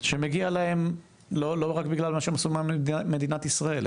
שמגיע להם לא רק בגלל מה שהם עשו במדינת ישראל,